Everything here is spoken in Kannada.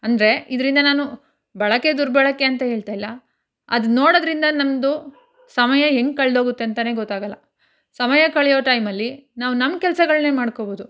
ಅಂದರೆ ಇದರಿಂದ ನಾನು ಬಳಕೆ ದುರ್ಬಳಕೆ ಅಂತ ಹೇಳ್ತಾಯಿಲ್ಲ ಅದು ನೋಡೋದರಿಂದ ನಮ್ಮದು ಸಮಯ ಹೆಂಗೆ ಕಳೆದೋಗುತ್ತೆ ಅಂತಲೇ ಗೊತ್ತಾಗಲ್ಲ ಸಮಯ ಕಳೆಯೋ ಟೈಮಲ್ಲಿ ನಾವು ನಮ್ಮ ಕೆಲಸಗಳ್ನೇ ಮಾಡ್ಕೊಳ್ಬೋದು